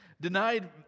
denied